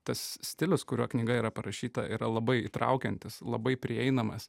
tas stilius kuriuo knyga yra parašyta yra labai įtraukiantis labai prieinamas